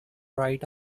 right